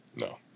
No